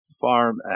farm